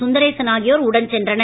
சுந்தரேசன் ஆகியோர் உடன் சென்றனர்